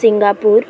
Singapore